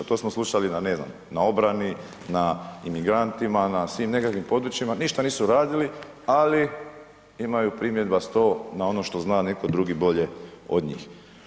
To smo slušali na ne znam na obarani, na imigrantima, na svim nekakvim područjima, ništa nisu radili ali imaju primjedba 100 na ono što zna netko drugi bolje od njih.